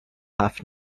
هفت